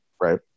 right